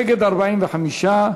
נגד, 45,